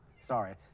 sorry